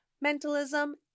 mentalism